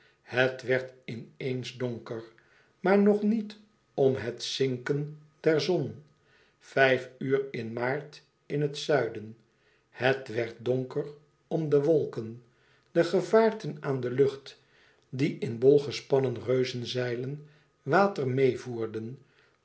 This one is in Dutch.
het werd in eens donker maar nog niet om het zinken der zon vijf uur in maart in het zuiden het werd donker om de wolken de gevaarten aan de lucht die in bol gespannen reuzenzeilen water meêvoerden